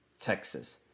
Texas